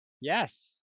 yes